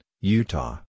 Utah